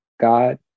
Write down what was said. God